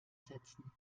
setzen